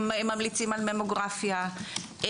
ממליצים על ממוגרפיה.